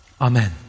Amen